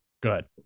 Good